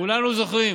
כולנו זוכרים